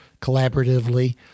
collaboratively